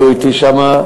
הם היו אתי שם,